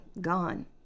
gone